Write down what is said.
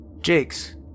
Jakes